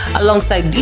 alongside